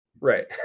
Right